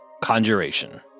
Conjuration